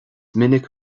minic